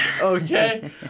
okay